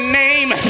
name